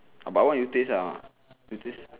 about what you taste ah it is